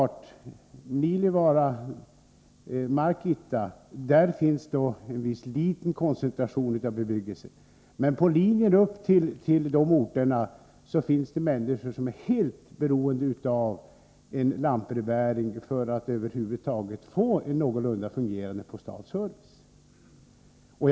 i Nilivaara och Markitta visserligen finns en liten koncentration av bebyggelse men att det på linjer upp till dessa orter finns människor som är helt beroende av lantbrevbäring för att över huvud taget få en någorlunda fungerande postal service.